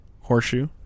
horseshoe